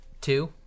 Two